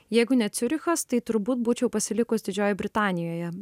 jeigu ne ciurichas tai turbūt būčiau pasilikus didžiojoj britanijoje